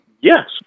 Yes